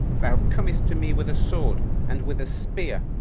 thou comest to me with a sword, and with a spear,